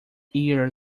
ear